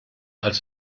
als